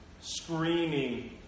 screaming